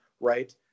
right